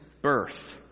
birth